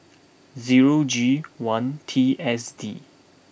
zero G one T S D